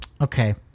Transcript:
Okay